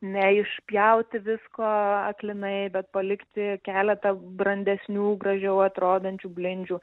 neišpjauti visko aklinai bet palikti keletą brandesnių gražiau atrodančių blindžių